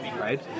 right